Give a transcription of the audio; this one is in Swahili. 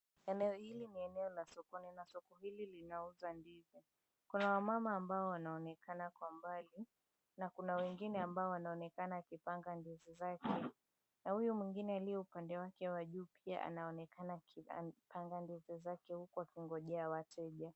Eneo hili ni eneo la sokoni na sokoni hili linauza ndizi, kuna wamama ambao wanaonekana kwa mbali na kuna wengine ambao wanaonekana wakipanga ndizi zake, na huyu mwengine aliye upande wake wa juu pia anaonekana akipanga ndizi zake huku akingojea wateja.